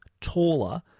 taller